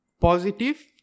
positive